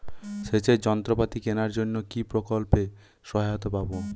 সেচের যন্ত্রপাতি কেনার জন্য কি প্রকল্পে সহায়তা পাব?